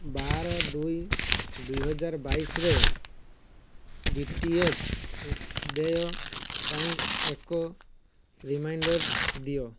ବାର ଦୁଇ ଦୁଇହଜାର ବାଇଶରେ ଡି ଟି ଏଚ୍ ଦେୟ ପାଇଁ ଏକ ରିମାଇଣ୍ଡର୍ ଦିଅ